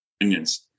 opinions